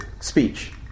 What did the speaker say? speech